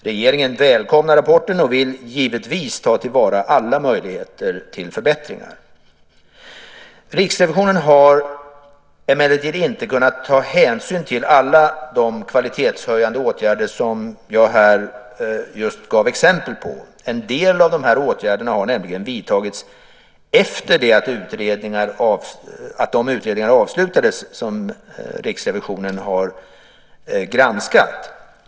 Regeringen välkomnar rapporten och vill givetvis ta till vara alla möjligheter till förbättringar. Riksrevisionen har emellertid inte kunnat ta hänsyn till alla de kvalitetshöjande åtgärder som jag här just gav exempel på. En del av åtgärderna har nämligen vidtagits efter det att de utredningar avslutades som Riksrevisionen har granskat.